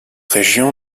région